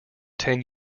ten